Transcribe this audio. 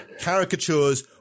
caricatures